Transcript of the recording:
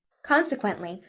consequently,